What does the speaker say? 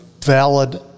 valid